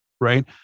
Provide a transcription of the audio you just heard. right